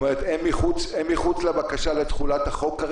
הנדבך הנוסף שהתווסף בימים הקרובים זה כל